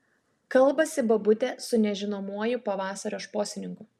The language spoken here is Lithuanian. kalbasi bobutė su nežinomuoju pavasario šposininku